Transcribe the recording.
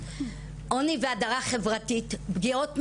כילדה, פגיעות מיניות,